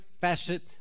facet